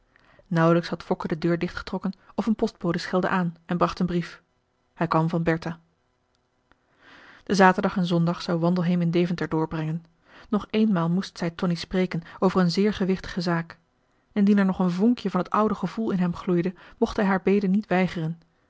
nauwelijks had fokke de voordeur dichtgetrokken of een postbode schelde aan en bracht een brief hij kwam van bertha den zaterdag en zondag zou wandelheem in deventer doorbrengen nog eenmaal moest zij tonie spreken over een zeer gewichtige zaak indien er nog een vonkje van het oude gevoel in hem gloeide mocht hij haar bede niet weigeren